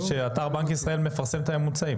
שאתר בנק ישראל מפרסם את הממוצעים.